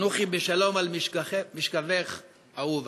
תנוחי בשלום על משכבך, אהובה.